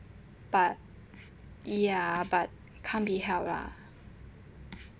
but ya but can't be helped lah